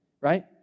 right